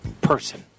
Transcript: person